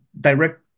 direct